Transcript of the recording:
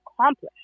accomplished